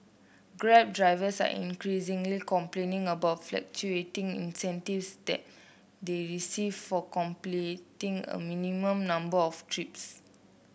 grab drivers are increasingly complaining about fluctuating incentives they receive for completing a minimum number of trips